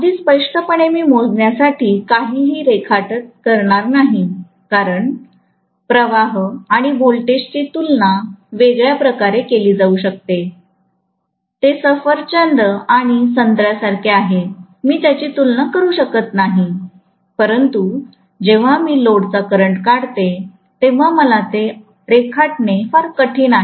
अगदी स्पष्ट पणे मी मोजण्यासाठी काहीही रेखाटत करणार नाही कारण प्रवाह आणि व्होल्टेजची तुलना वेगळ्या प्रकारे केली जाऊ शकते ते सफरचंद आणि संत्रासारखे आहेत मी त्यांची तुलना करू शकत नाही परंतु जेव्हा मी लोडचा करंट काढते तेव्हा मला ते रेखाटणे फार कठीण आहे